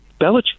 Belichick